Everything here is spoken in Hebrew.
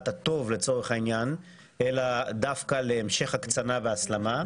הטוב לצרוך העניין אלא דווקא להמשך הקצנה והסלמה.